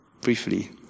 briefly